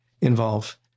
involve